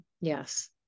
yes